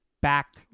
back